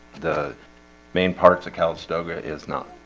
the main parts of coughs toga is not.